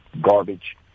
garbage